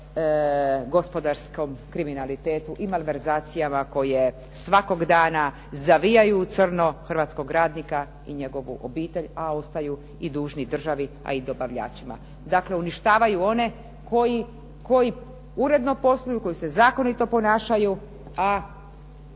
se gospodarskom kriminalitetu i malverzacijama koje svakog dana zavijaju u crno hrvatskog radnika i njegovu obitelji, a ostaju dužni i državi i dobavljačima. Dakle, uništavaju one koji uredno posluju, koji se zakonito ponašaju, a